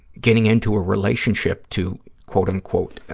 getting into a relationship to, quote, unquote,